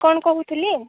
କ'ଣ କରୁଥିଲି